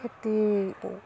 খেতি